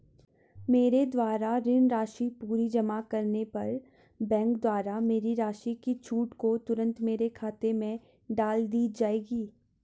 मेरे द्वारा ऋण राशि पूरी जमा करने पर बैंक द्वारा मेरी राशि की छूट को तुरन्त मेरे खाते में डाल दी जायेगी?